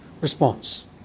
response